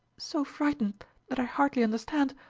so frightened that i hardly understand.